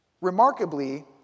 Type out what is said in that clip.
Remarkably